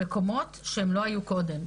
למקומות שהם לא היו קודם.